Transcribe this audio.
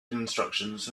instructions